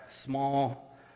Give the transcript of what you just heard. small